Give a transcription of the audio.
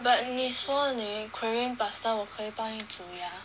but 你说你 craving pasta 我可以帮你煮 ya